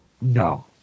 No